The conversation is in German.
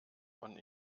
von